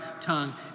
tongue